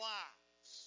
lives